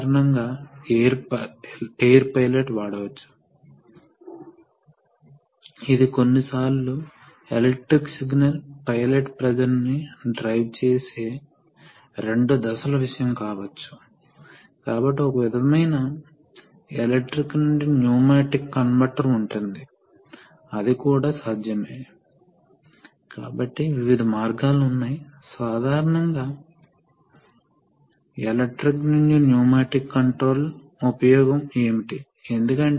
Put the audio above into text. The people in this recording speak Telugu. కాబట్టి ఇప్పుడు ఈ రిలీఫ్ వాల్వ్ యొక్క పైలట్ పోర్ట్ వాస్తవానికి అనుసంధానించబడి ఉంది ఇది ఉచిత ప్రవాహం చెక్ వాల్వ్ యొక్క డైరెక్షన్ దీని గుండా వెళుతుంది మరియు ఈ దశకు వస్తుంది కాబట్టి పైలట్ పోర్ట్ ప్రెజర్ యొక్క స్థానాలు దీనికి చాలా దగ్గరగా ఉన్నాయి కాబట్టి పైలట్ పోర్ట్ ఇప్పుడు దాదాపు ట్యాంకుతో అనుసంధానించబడి ఉంది అంటే ఈ రిలీఫ్ వాల్వ్ ఇప్పుడు వెంట్ అవుతుంది